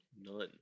None